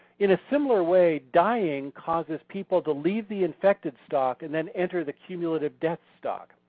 in a similar way dying causes people to leave the infected stock and then enter the cumulative death stock.